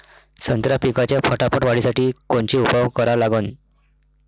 संत्रा पिकाच्या फटाफट वाढीसाठी कोनचे उपाव करा लागन?